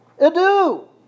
adieu